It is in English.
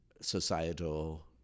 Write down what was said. societal